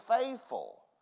faithful